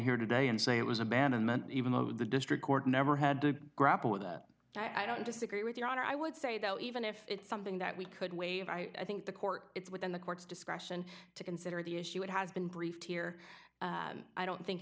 here today and say it was abandonment even though the district court never had to grapple with i don't disagree with your honor i would say though even if it's something that we could waive i think the court it's within the court's discretion to consider the issue it has been briefed here i don't think